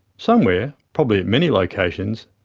somewhere probably at many locations,